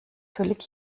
völlig